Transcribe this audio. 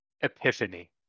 epiphany